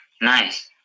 Nice